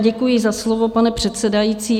Děkuji za slovo, pane předsedající.